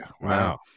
Wow